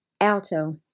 alto